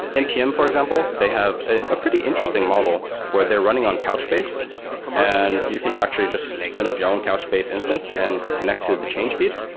npm, for example, they have a pretty interesting model where they're running on couchbase and you can actually just up your own couchbase instance and connect to the change feed.